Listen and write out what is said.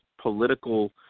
political